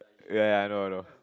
ya ya I know I know